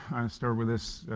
start with this,